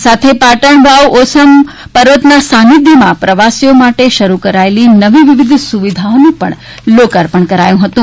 આ સાથે પાટણ વાવ ઓસમી પર્વતના સાનિધ્યમાં પ્રવાસીઓ માટે શરૂ કરાયેલી નવી વિવિધ સુવિધાઓનું લોકાર્પણ કરાયુ હતુ